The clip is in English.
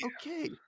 Okay